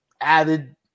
added